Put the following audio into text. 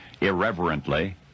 irreverently